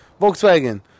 Volkswagen